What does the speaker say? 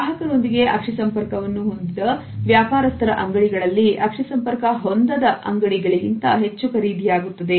ಗ್ರಾಹಕರೊಂದಿಗೆ ಅಕ್ಷಿ ಸಂಪರ್ಕವನ್ನು ಹೊಂದಿದ ವ್ಯಾಪಾರಸ್ಥರ ಅಂಗಡಿಗಳಲ್ಲಿ ಅಕ್ಷಿ ಸಂಪರ್ಕ ಹೊಂದದ ಅಂಗಡಿ ಗಳಿಗಿಂತ ಹೆಚ್ಚು ಖರೀದಿ ಆಗುತ್ತದೆ